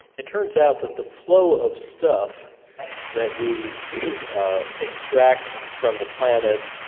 it turns out that the flow of stuff that we extract from the planet,